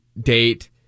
date